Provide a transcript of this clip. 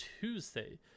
Tuesday